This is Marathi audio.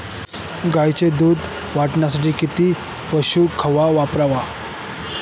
गाईच्या दूध वाढीसाठी कोणते पशुखाद्य वापरावे?